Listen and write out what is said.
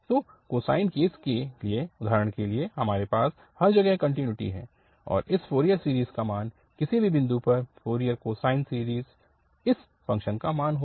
तो cosine case के लिए उदाहरण के लिए आपके पास हर जगह कन्टिन्युटी है और इस फ़ोरियर सीरीज़ का मान किसी भी बिंदु पर फ़ोरियर कोसाइन सीरीज़ इस फ़ंक्शन का मान होगा